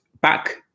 back